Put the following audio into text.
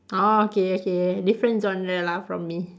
orh okay okay different genre lah from me